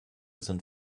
sind